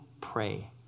pray